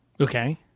Okay